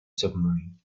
submarine